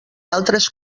altres